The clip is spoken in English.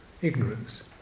Ignorance